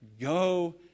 go